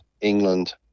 England